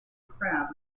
crab